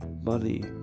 money